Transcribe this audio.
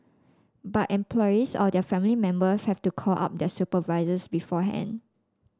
but employees or their family member have to call up their supervisors beforehand